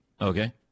Okay